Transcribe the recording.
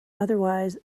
otherwise